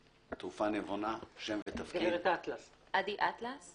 אנחנו מסכימים עם מה שמר אטלן אמר פה,